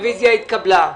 הצבעה אושרה הרוויזיה התקבלה.